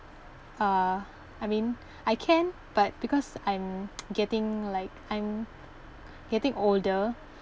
uh I mean I can but because I'm getting like I'm getting older